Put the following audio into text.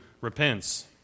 repents